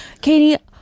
Katie